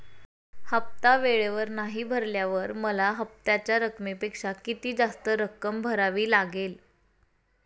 हफ्ता वेळेवर नाही भरल्यावर मला हप्त्याच्या रकमेपेक्षा किती जास्त रक्कम भरावी लागेल?